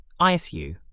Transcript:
ISU